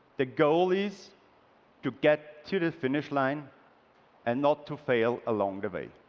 the goal is to get to to the finish line and not to fail along the way.